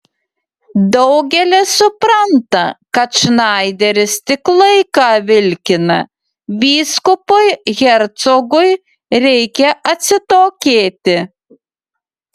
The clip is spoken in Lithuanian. daugelis supranta kad šnaideris tik laiką vilkina vyskupui hercogui reikia atsitokėti